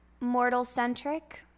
mortal-centric